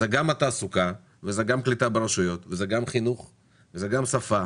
אז זה גם התעסוקה וזה גם קליטה ברשויות וזה גם חינוך וזה גם שפה